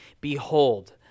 behold